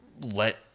let